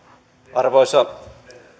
arvoisa